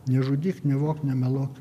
nežudyk nevok nemeluok